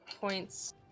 points